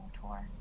tour